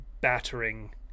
battering